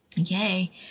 Okay